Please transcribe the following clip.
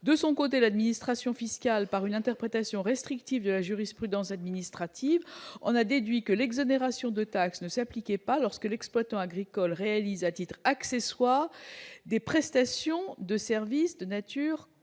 De son côté, l'administration fiscale, par une interprétation restrictive de la jurisprudence administrative, en a déduit que l'exonération de taxe ne s'appliquait pas lorsque l'exploitant agricole réalise à titre accessoire des prestations de service de nature commerciale.